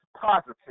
positive